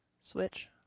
switch